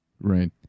Right